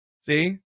See